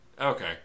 Okay